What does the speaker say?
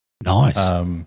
Nice